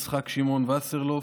יצחק שמעון וסרלאוף,